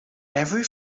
every